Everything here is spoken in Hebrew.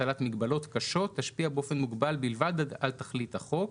הטלת מגבלות קשות תשפיע באופן מוגבל בלבד על תכלית החוק.